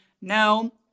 no